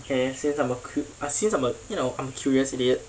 K since I'm a cu~ since I'm a you know I'm a curious idiot